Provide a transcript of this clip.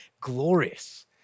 glorious